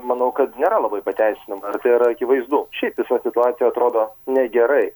manau kad nėra labai pateisinama ir tai yra akivaizdu šiaip visa situacija atrodo negerai